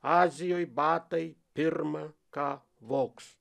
azijoj batai pirma ką vogs